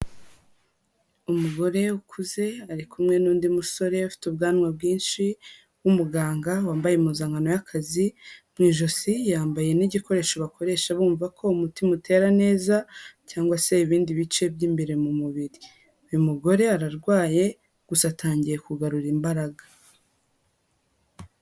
Umugore ukuze ari kumwe n'undi musore ufite ubwanwa bwinshi w'umuganga wambaye impuzankano y'akazi, mu ijosi yambaye n'igikoresho bakoresha bumva ko umutima utera neza cyangwa se ibindi bice by'imbere mu mubiri, uyu mugore ararwaye gusa atangiye kugarura imbaraga.